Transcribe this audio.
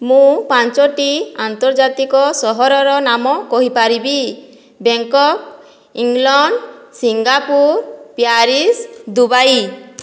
ମୁଁ ପାଞ୍ଚୋଟି ଆନ୍ତର୍ଜାତିକ ସହରର ନାମ କହିପାରିବି Bangkok England Singapore Paris Dubai